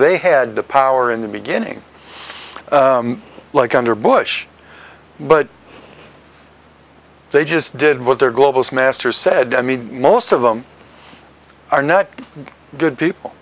they had the power in the beginning like under bush but they just did what their globalist masters said i mean most of them are not good people